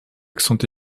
accent